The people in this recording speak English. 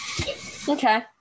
Okay